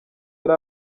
yari